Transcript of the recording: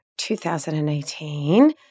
2018